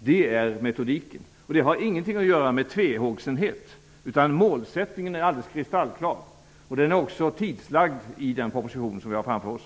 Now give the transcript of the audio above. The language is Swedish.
Det är metodiken, och det har ingenting att göra med tvehågsenhet, utan målsättningen är alldeles kristallklar, och den är också tidslagd i den proposition som vi har framför oss.